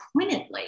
pointedly